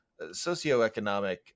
socioeconomic